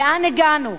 לאן הגענו?